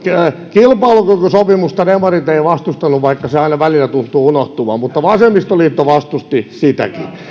kilpailukykysopimusta demarit eivät vastustaneet vaikka se aina välillä tuntuu unohtuvan mutta vasemmistoliitto vastusti sitäkin